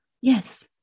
Yes